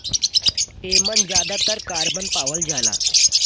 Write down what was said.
एमन जादातर कारबन पावल जाला